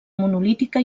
monolítica